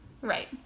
Right